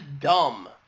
dumb